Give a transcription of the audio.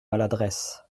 maladresse